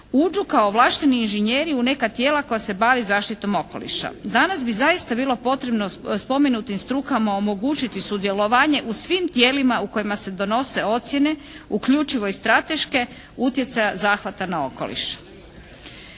uđu kao ovlašteni inžinjeri u neka tijela koja se bave zaštitom okoliša. Danas bi zaista bilo potrebno spomenutim strukama omogućiti sudjelovanje u svim tijelima u kojima se donose ocjene, uključivo i strateške, utjecaja zahvata na okoliš.